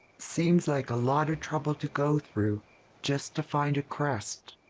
seems like a lot of trouble to go through just to find a crest.